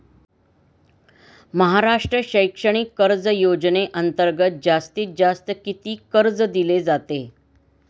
महाराष्ट्र शैक्षणिक कर्ज योजनेअंतर्गत जास्तीत जास्त किती कर्ज दिले जाते?